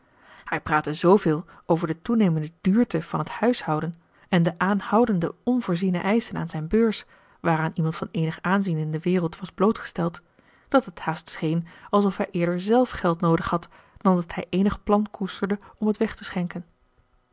hij praatte zooveel over de toenemende duurte van het huishouden en de aanhoudende onvoorziene eischen aan zijn beurs waaraan iemand van eenig aanzien in de wereld was blootgesteld dat het haast scheen alsof hij eerder zelf geld noodig had dan dat hij eenig plan koesterde om het weg te schenken